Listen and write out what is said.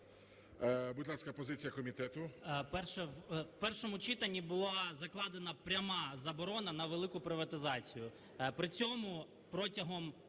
Будь ласка, позиція комітету.